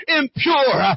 impure